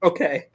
Okay